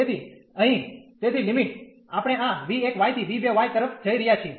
તેથી અહીં તેથી લિમિટ આપણે આ v1 થી v2 તરફ જઈ રહ્યા છીએ